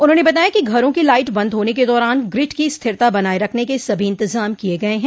उन्होंने बताया कि घरों की लाइट बंद होने के दौरान ग्रिड की स्थिरता बनाये रखने के सभी इंतजाम किये गये हैं